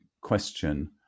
question